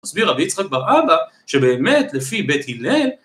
מסביר רבי יצחק בראבא שבאמת לפי בית הלל...